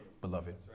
beloved